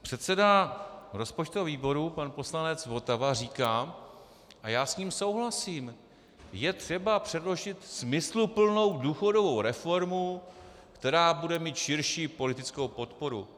Předseda rozpočtového výboru pan poslanec Votava říká, a já s ním souhlasím je třeba předložit smysluplnou důchodovou reformu, která bude mít širší politickou podporu.